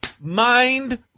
Mind